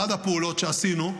אחת הפעולות שעשינו,